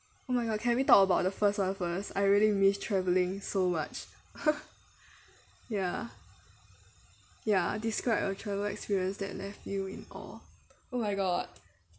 oh my god can we talk about the first [one] first I really miss travelling so much ya ya describe your travel experience that left you in awe oh my god